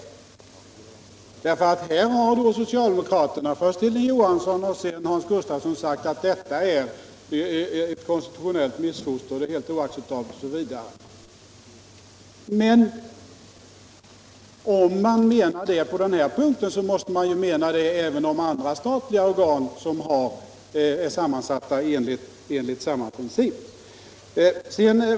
Här har socialdemokraterna — först Hilding Johansson och sedan Hans Gustafsson — sagt att propositionens förslag är helt oacceptabelt, att förslaget är ett konstitutionellt missfoster, osv. Men om man menar det på denna punkt måste man mena det även beträffande andra statliga organ som är sammansatta enligt samma princip.